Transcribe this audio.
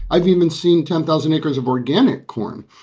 i've even seen ten thousand acres of organic corn.